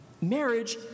Marriage